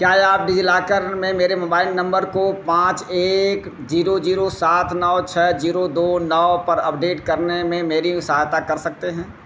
क्या आप डिज़िलाकर में मेरे मोबाइल नम्बर को पाँच एक ज़ीरो ज़ीरो सात नौ छह ज़ीरो दो नौ पर अपडेट करने में मेरी सहायता कर सकते हैं